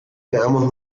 quedamos